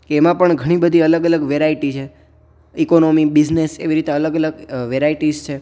એમાં પણ ઘણી બધી અલગ અલગ વેરાયટી છે ઈકોનોમી બિઝનેસ એવી અલગ અલગ વેરાયટીઝ છે